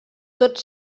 tots